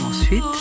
ensuite